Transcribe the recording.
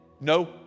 no